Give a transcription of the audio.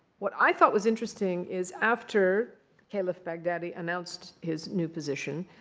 what i thought was interesting is after caliph baghdadi announced his new position,